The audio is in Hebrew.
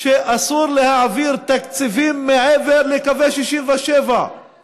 שאסור להעביר תקציבים מעבר לקווי 67';